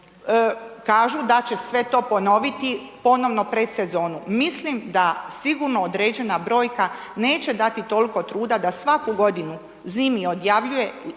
kažu da će sve to ponoviti ponovo pred sezonu, mislim da sigurno određena brojka neće dati toliko truda da svaku godinu zimi pred ljeto